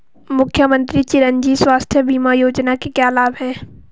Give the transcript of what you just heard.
मुख्यमंत्री चिरंजी स्वास्थ्य बीमा योजना के क्या लाभ हैं?